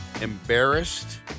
embarrassed